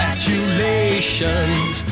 Congratulations